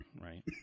right